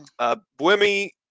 Buemi